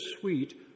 sweet